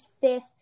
fifth